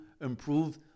improve